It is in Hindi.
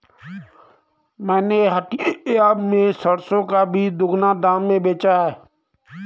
मैंने हटिया में सरसों का बीज दोगुने दाम में बेचा है